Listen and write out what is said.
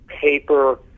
paper